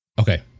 okay